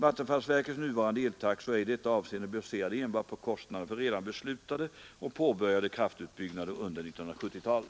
Vattenfallsverkets nuvarande eltaxor är i detta avseende baserade enbart på kostnaderna för redan beslutade och påbörjade kraftutbyggnader under 1970-talet.